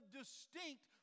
distinct